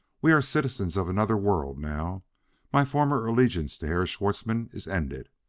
we are citizens of another world now my former allegiance to herr schwartzmann is ended.